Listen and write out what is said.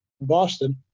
Boston